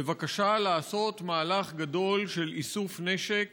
בבקשה לעשות מהלך גדול של איסוף נשק